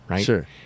sure